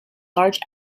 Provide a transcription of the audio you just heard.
large